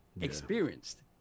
experienced